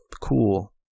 Cool